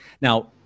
Now